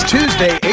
Tuesday